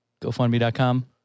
GoFundMe.com